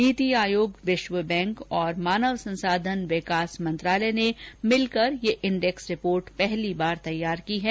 नीति आयोग विश्व बैंक और मानव संसाधन विकास मंत्रालय ने मिलकर यह इंडेक्स रिपोर्ट पहली बार तैयार की है